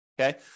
okay